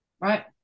Right